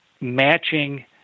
matching